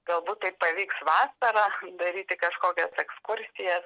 galbūt tai pavyks vasarą daryti kažkokias ekskursijas